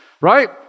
right